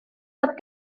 fod